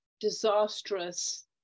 disastrous